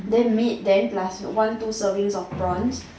then meat then plus one two servings of prawns